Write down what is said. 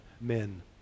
men